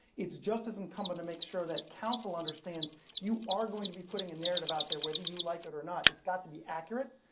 it's just as incumbent to make sure that counsel understands you are going to be putting a narrative out there whether you like it or not. it's got to be accurate,